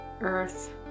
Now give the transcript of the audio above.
earth